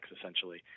essentially